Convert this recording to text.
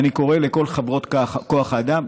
אני קורא לכל חברות כוח האדם,